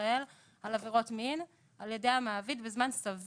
ישראל על עבירות מין על ידי המעביד בזמן סביר.